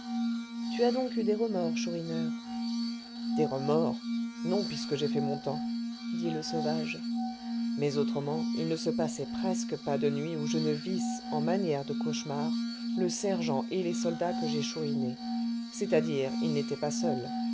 tu as donc eu des remords chourineur des remords non puisque j'ai fait mon temps dit le sauvage mais autrement il ne se passait presque pas de nuit où je ne visse en manière de cauchemar le sergent et les soldats que j'ai chourinés c'est-à-dire ils n'étaient pas seuls